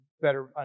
better